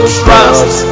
trust